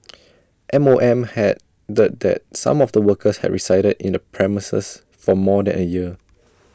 M O M had the that some of the workers had resided in the premises for more than A year